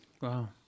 wow